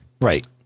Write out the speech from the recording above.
Right